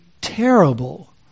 terrible